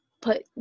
put